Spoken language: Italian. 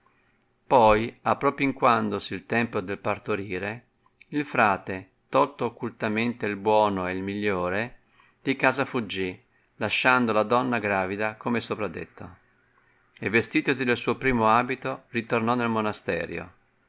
anno poi appropinquandosi il tempo del partorire il frate tolto occultamente il buono e il migliore di casa fuggì lasciando la donna gravida come è sopradetto e vestitosi del suo primo abito ritornò nel monasterio